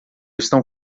estão